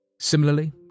Similarly